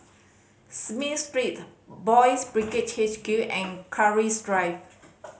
Smith Street Boys' Brigade H Q and Keris Drive